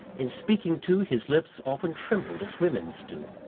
in speaking, too, his lips often trembled as women's do.